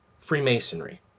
Freemasonry